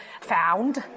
found